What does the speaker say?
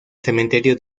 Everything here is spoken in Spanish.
cementerio